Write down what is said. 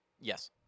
Yes